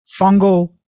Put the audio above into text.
fungal